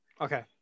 Okay